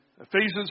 Ephesians